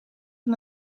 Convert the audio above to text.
van